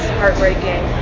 heartbreaking